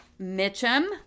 Mitchum